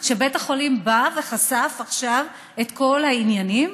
שבית החולים בא וחשף עכשיו את כל העניינים,